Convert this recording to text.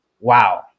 wow